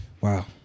Wow